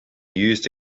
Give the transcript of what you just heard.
used